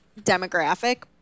demographic